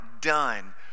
done